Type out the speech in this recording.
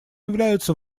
являются